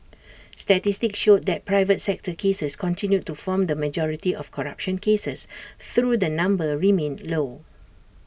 statistics showed that private sector cases continued to form the majority of corruption cases through the number remained low